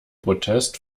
protest